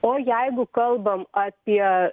o jeigu kalbam apie